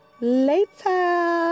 later